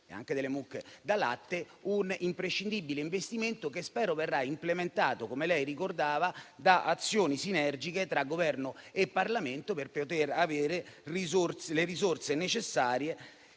e anche delle mucche da latte un imprescindibile investimento, che spero verrà implementato, come lei ricordava, da azioni sinergiche tra Governo e Parlamento, per poter avere le risorse necessarie